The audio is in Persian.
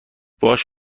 باهاش